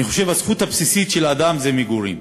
אני חושב שהזכות הבסיסית של האדם היא מגורים.